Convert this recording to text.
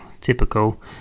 typical